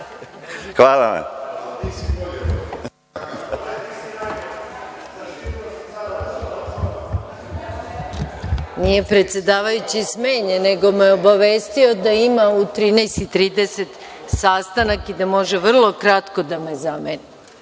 Gojković** Nije predsedavajući smenjen, nego me je obavestio da ima u 13.30 časova sastanak i da može vrlo kratko da me zameni.